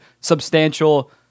substantial